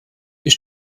ich